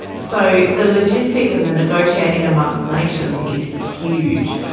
so the logistics and the negotiating amongst nations is huge.